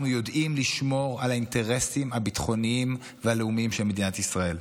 אנחנו יודעים לשמור על האינטרסים הביטחוניים והלאומיים של מדינת ישראל.